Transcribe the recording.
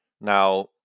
Now